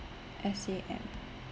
S A N